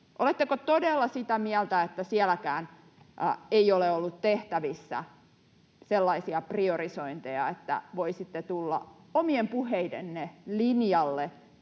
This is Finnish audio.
Oletteko todella sitä mieltä, että sielläkään ei ole ollut tehtävissä sellaisia priorisointeja, että voisitte tulla omien puheidenne linjalle